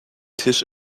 tisch